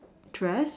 dress